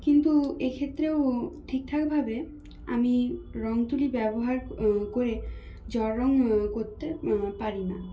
কিন্তু এক্ষেত্রেও ঠিকঠাকভাবে আমি রঙ তুলি ব্যবহার করে জলরঙ করতে পারি না